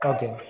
Okay